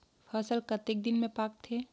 फसल कतेक दिन मे पाकथे?